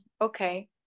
Okay